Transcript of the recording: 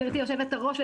גברתי יושבת הראש,